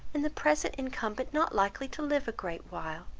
and the present incumbent not likely to live a great while.